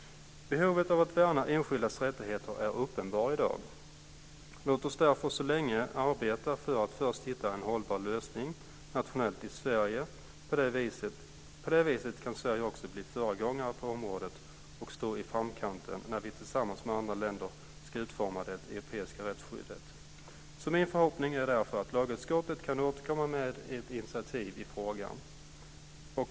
Behovet av att värna enskildas rättigheter är uppenbart i dag. Låt oss därför så länge arbeta för att först hitta en hållbar lösning nationellt i Sverige. På det viset kan Sverige också bli föregångare på området och stå i framkant när vi tillsammans med andra länder ska utforma det europeiska rättsskyddet. Min förhoppning är därför att lagutskottet kan återkomma med ett initiativ i frågan.